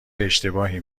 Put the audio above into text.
اشتباهی